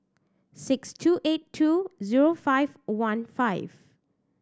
six two eight two zero five one five